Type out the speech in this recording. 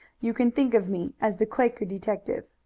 you can think of me as the quaker detective.